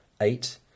Eight